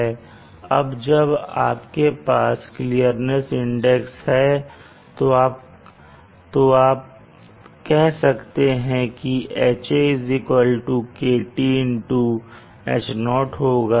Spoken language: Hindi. अब जब आपके पास क्लीर्निस इंडेक्स है तो आप कह सकते हैं कि Ha KT H0 होगा